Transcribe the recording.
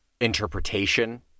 interpretation